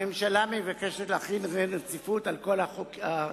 הממשלה מבקשת להחיל דין רציפות על כל החוקים,